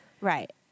Right